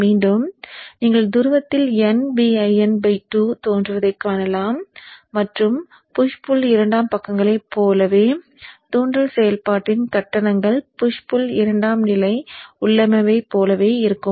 மீண்டும் நீங்கள் துருவத்தில் nVin 2 தோன்றுவதைக் காணலாம் மற்றும் புஷ் புள் இரண்டாம் பக்கங்களைப் போலவே தூண்டல் செயல்பாட்டின் கட்டணங்கள் புஷ் புள் இரண்டாம் நிலை உள்ளமைவைப் போலவே இருக்கும்